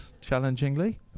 challengingly